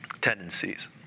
tendencies